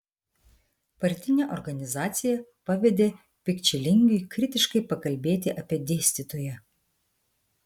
partinė organizacija pavedė pikčilingiui kritiškai pakalbėti apie dėstytoją